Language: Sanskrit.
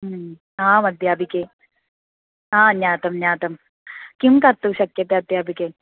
आम् अध्यापिके आं ज्ञातं ज्ञातं किं कर्तुं शक्यते अध्यापिके